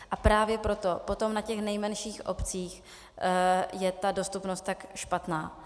A právě potom na těch nejmenších obcích je ta dostupnost tak špatná.